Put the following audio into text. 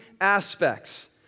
aspects